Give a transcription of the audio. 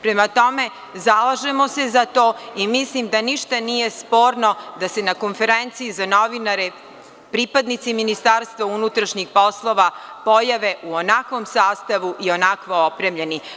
Prema tome, zalažemo se za to i mislim da ništa nije sporno da se na konferenciji za novinare, pripadnici MUP pojave u onakvom sastavu i onako opremljeni.